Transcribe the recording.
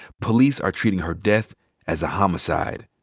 police are treating her death as a homicide.